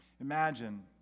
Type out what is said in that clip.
Imagine